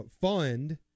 fund